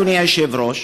אדוני היושב-ראש,